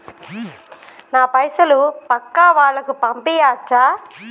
నా పైసలు పక్కా వాళ్ళకు పంపియాచ్చా?